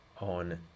on